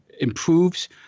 improves